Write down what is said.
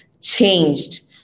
changed